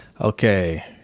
Okay